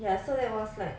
ya so that was like